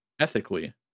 ethically